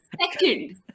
second